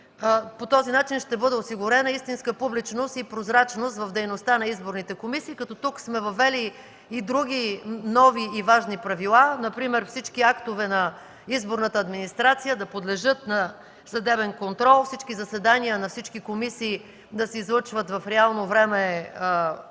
По този начин ще бъде осигурена истинска публичност и прозрачност в дейността на изборните комисии. Тук сме въвели и други нови и важни правила, например всички актове на изборната администрация да подлежат на съдебен контрол, всички заседания на всички комисии да се излъчват в реално време